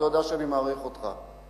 ואתה יודע שאני מעריך אותך,